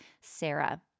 Sarah